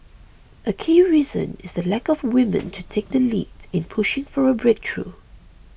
a key reason is the lack of women to take the lead in pushing for a breakthrough